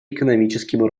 экономическим